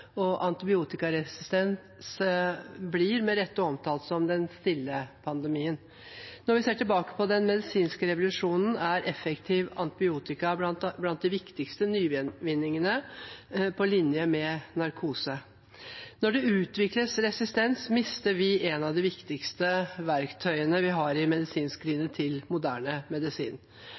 Antibiotikaresistens blir med rette omtalt som «den stille pandemien». Når vi ser tilbake på den medisinske revolusjonen, er effektiv antibiotika blant de viktigste nyvinningene, på linje med narkose. Når det utvikles resistens, mister vi et av de viktigste verktøyene vi har i medisinskrinet til moderne medisin.